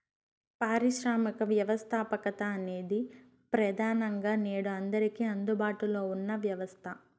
పారిశ్రామిక వ్యవస్థాపకత అనేది ప్రెదానంగా నేడు అందరికీ అందుబాటులో ఉన్న వ్యవస్థ